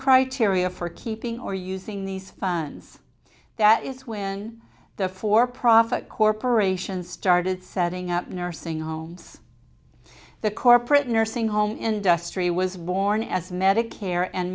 criteria for keeping or using these funds that is when the for profit corporations started setting up nursing homes the corporate nursing home industrial was born as medicare and